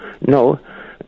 No